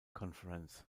conference